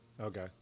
Okay